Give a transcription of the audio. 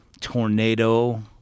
tornado